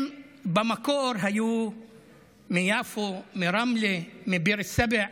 הם במקור היו מיפו, מרמלה, מבאר שבע,